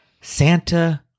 Santa